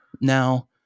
Now